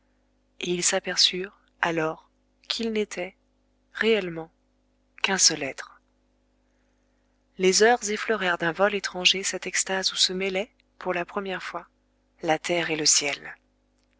et ils s'aperçurent alors qu'ils n'étaient réellement qu'un seul être les heures effleurèrent d'un vol étranger cette extase où se mêlaient pour la première fois la terre et le ciel